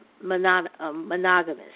monogamous